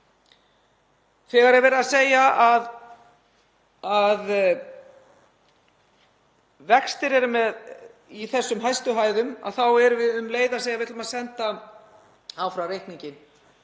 Þegar verið er að segja að vextir séu í þessum hæstu hæðum þá erum við um leið að segja að við ætlum að senda reikninginn,